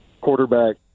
quarterback